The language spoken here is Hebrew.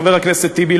חבר הכנסת טיבי,